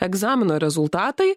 egzamino rezultatai